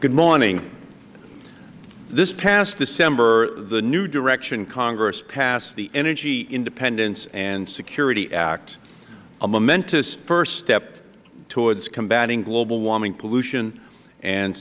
good morning this past december the new direction congress passed the energy independence and security act a momentous first step towards combating global warming pollution and